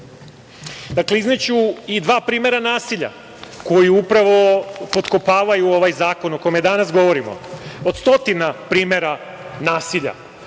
diskriminaciju. Izneću i dva primera nasilja koji upravo potkopavaju ovaj zakon o kome danas govorimo. Od stotine primera nasilja,